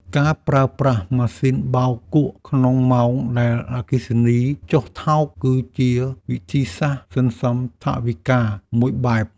ការប្រើប្រាស់ម៉ាស៊ីនបោកគក់ក្នុងម៉ោងដែលអគ្គិសនីចុះថោក គឺជាវិធីសាស្ត្រសន្សំថវិកាមួយបែប។